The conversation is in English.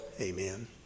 amen